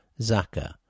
Zaka